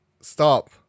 stop